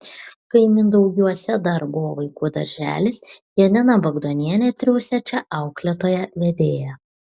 kai mindaugiuose dar buvo vaikų darželis janina bagdonienė triūsė čia auklėtoja vedėja